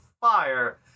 fire